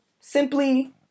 simply